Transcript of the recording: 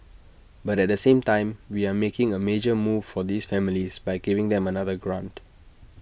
but at the same time we are making A major move for these families by giving them another grant